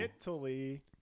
Italy